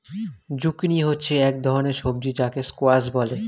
zucchini হচ্ছে এক ধরনের সবজি যাকে স্কোয়াশ বলে